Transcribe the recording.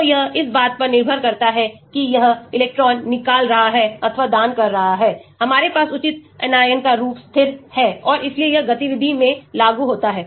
तो यह इस बात पर निर्भर करता है कि यह इलेक्ट्रॉन निकाल रहा हैअथवा दान कर रहा है हमारे पास उचित anion का रूप स्थिर है और इसलिए यह गतिविधि में लागू होता है